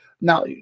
Now